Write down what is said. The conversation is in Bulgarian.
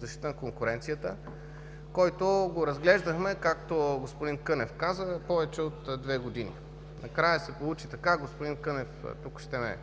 защита на конкуренцията. Разглеждахме го, както каза господин Кънев, повече от две години. Накрая се получи така – тук господин Кънев вероятно ще ме